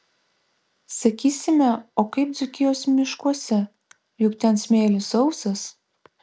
sakysime o kaip dzūkijos miškuose juk ten smėlis sausas